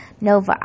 Nova